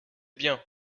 bien